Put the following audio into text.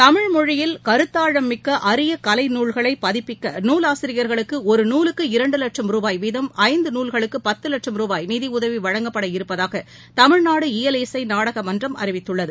தமிழ் மொழியில் கருத்தாழம் மிக்க அரிய கலை நூல்களை பதிப்பிக்க நூல் ஆசிரியர்களுக்கு ஒரு நூலுக்கு இரண்டு வட்சம் ரூபாய் வீதம் ஐந்து நூல்களுக்கு பத்து லட்சம் ரூபாய் நிதியுதவி வழங்கப்பட இருப்பதாக தமிழ்நாடு இயல் இசை நாடக மன்றம் அறிவித்துள்ளது